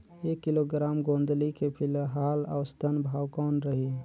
एक किलोग्राम गोंदली के फिलहाल औसतन भाव कौन रही?